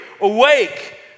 awake